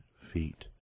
feet